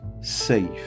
safe